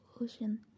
ocean